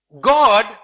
God